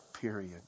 period